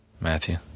Matthew